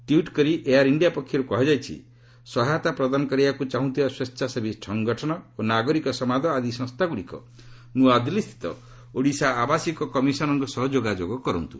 tweet କରି air India ପକ୍ଷର୍ତ କୃହାଯାଇଛି ସହାୟତା ପ୍ରଦାନ କରିବାକୁ ଚାହୁଁଥିବା ସ୍ୱେଚ୍ଛାସେବୀ ସଙ୍ଗଠନ ଓ ନାଗରିକ ସମାଜ ଆଦି ସଂସ୍ଥାଗୁଡ଼ିକ ନୂଆଦିଲ୍ଲୀସ୍ଥିତ ଓଡ଼ିଶା ଆବାସିକ କମିଶନର୍କ ସହ ଯୋଗାଯୋଗ କରନ୍ତୁ